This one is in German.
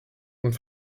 und